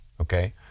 okay